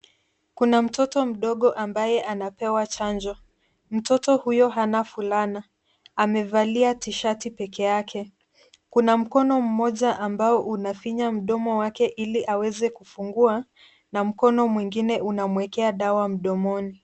Kuna mtoto mdogo ambaye anapewa chanjo ,mtoto huyo hana fulana amevalia shati peke yake, kuna mkono mmoja ambao unafinya mdomo wake ili aweze kufungua na mkono mwingine unamwekea dawa mdomoni.